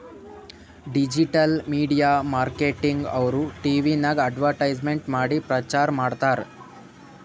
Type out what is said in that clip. digital media marketing ದವ್ರು ಟಿವಿನಾಗ್ advertisement ಮಾಡಿ ಪ್ರಚಾರ್ ಮಾಡ್ತಾರ್